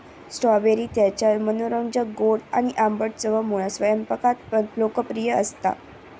strawberry त्याच्या मनोरंजक गोड आणि आंबट चवमुळा स्वयंपाकात पण लोकप्रिय असता